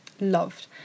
loved